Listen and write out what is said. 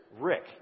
Rick